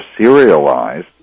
serialized